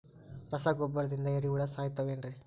ರಸಗೊಬ್ಬರದಿಂದ ಏರಿಹುಳ ಸಾಯತಾವ್ ಏನ್ರಿ?